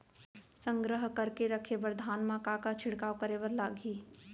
संग्रह करके रखे बर धान मा का का छिड़काव करे बर लागही?